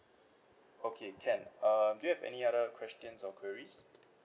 okay can uh do you have any other questions or queries